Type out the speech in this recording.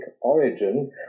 origin